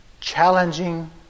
challenging